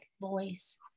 voice